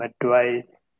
advice